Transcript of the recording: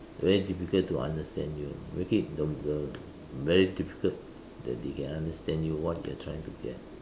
very difficult to understand you know make it the the very difficult that they can understand you what you are trying to get